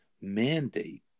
mandate